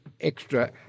extra